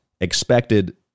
expected